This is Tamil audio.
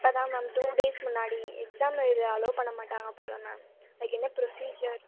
இப்போதான் மேம் டூ டேஸ் முன்னாடி எக்ஸாம் எழுத அலோவ் பண்ண மாட்டாங்க போல் மேம் அதுக்கு என்ன ப்ரொசீஜர்